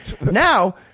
Now